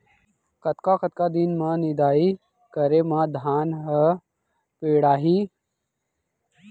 कतका कतका दिन म निदाई करे म धान ह पेड़ाही?